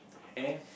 and then